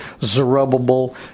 zerubbabel